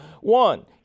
One